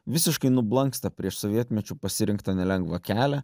visiškai nublanksta prieš sovietmečiu pasirinktą nelengvą kelią